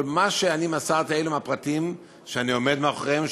אבל מה שאני מסרתי אלו הם הפרטים שאני עומד מאחוריהם,